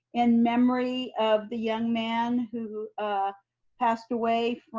in memory of the young man who ah passed away